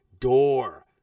door